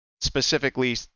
specifically